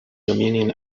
dominion